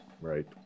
Right